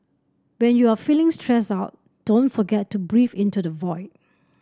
when you are feeling stressed out don't forget to breathe into the void